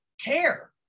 care